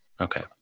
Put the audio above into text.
Okay